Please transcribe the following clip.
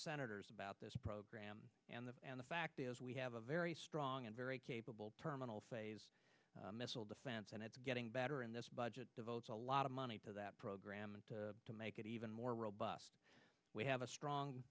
senators about this program and the fact is we have a very strong and very capable terminal phase missile defense and it's getting better in this budget devotes a lot of money to that program and to make it even more robust we have a strong